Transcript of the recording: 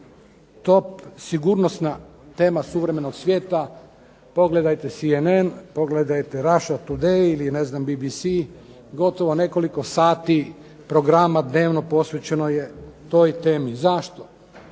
Top sigurnosna tema suvremenog svijeta. Pogledajte CNN, pogledajte Russia Today ili ne znam BBC gotovo nekoliko sati programa dnevno posvećeno je toj temi. Zašto?